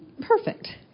perfect